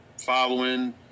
following